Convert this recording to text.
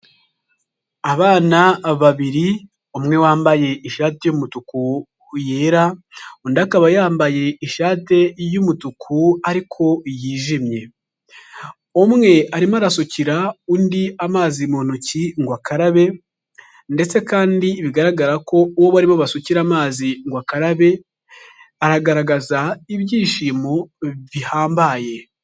Abana babiri umwe wambaye ishati y'umutuku yera, undi akaba yambaye ishati y'umutuku ariko yijimye, umwe arimo arasukira undi amazi mu ntoki ngo akarabe, ndetse kandi bigaragara ko uwo barimo basukira amazi ngo akarabe, aragaragaza ibyishimo bihambaye.